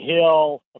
hill